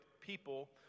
people